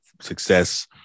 success